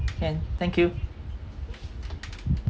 and thank you